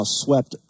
swept